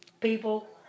people